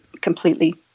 completely